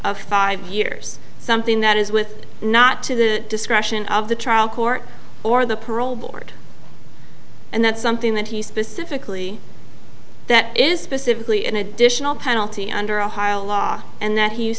of five years something that is with not to the discretion of the trial court or the parole board and that's something that he specifically that is specifically an additional penalty under ohio law and that he